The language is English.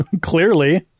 Clearly